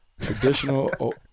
traditional